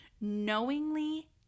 knowingly